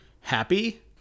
happy